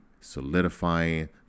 solidifying